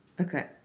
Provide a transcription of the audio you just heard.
Okay